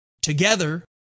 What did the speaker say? Together